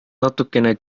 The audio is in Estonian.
natukene